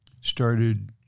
started